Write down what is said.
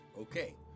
Okay